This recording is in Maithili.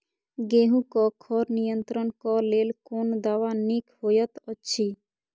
गेहूँ क खर नियंत्रण क लेल कोन दवा निक होयत अछि?